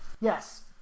Yes